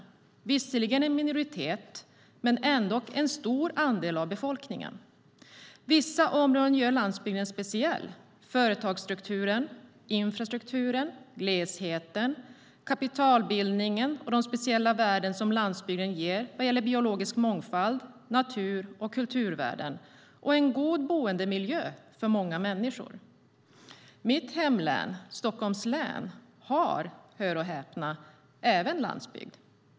Det är visserligen en minoritet, men ändock en stor andel av befolkningen. Vissa områden gör landsbygden speciell: företagsstrukturen, infrastrukturen, glesheten, kapitalbildningen och de speciella värden som landsbygden ger vad gäller biologisk mångfald, natur, kultur och en god boendemiljö för många människor. Även mitt hemlän Stockholms län har landsbygd - hör och häpna.